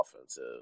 offensive